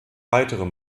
weitere